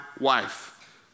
wife